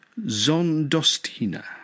Zondostina